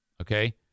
Okay